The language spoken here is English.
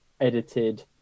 edited